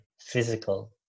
physical